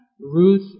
Ruth